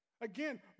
Again